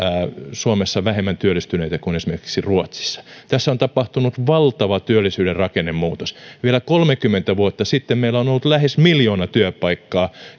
suomessa vähemmän työllistyneitä kuin esimerkiksi ruotsissa tässä on tapahtunut valtava työllisyyden rakennemuutos vielä kolmekymmentä vuotta sitten meillä on on ollut lähes miljoona työpaikkaa